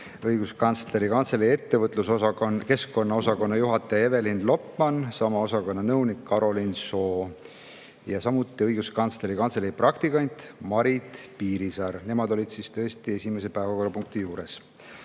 Õiguskantsleri Kantselei ettevõtluskeskkonna osakonna juhataja Evelin Lopman, sama osakonna nõunik Karolin Soo ja samuti Õiguskantsleri Kantselei praktikant Marit Piirisaar. Nemad olid siis esimese päevakorrapunkti [arutelu]